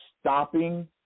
stopping